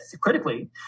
critically